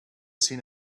seen